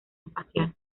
espacial